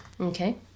Okay